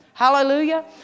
Hallelujah